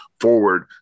forward